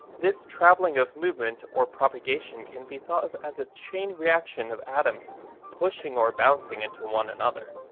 this travelling of movement, or propagation can be thought of as a chain reaction of atoms pushing or bouncing into one another.